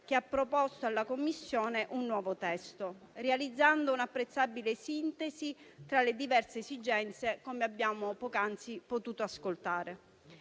che ha proposto alla Commissione un nuovo testo, realizzando un'apprezzabile sintesi tra le diverse esigenze, come abbiamo poc'anzi potuto ascoltare.